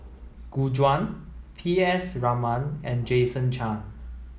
Gu Juan P S Raman and Jason Chan